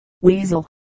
weasel